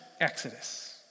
Exodus